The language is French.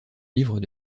livre